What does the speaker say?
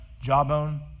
jawbone